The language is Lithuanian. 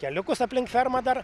keliukus aplink fermą dar